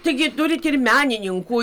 taigi turit ir menininkų